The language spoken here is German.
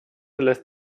lässt